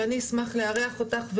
שאני אשמח לארח אותך,